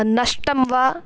नष्टं वा